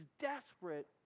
desperate